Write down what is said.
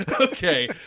Okay